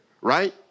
right